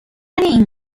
این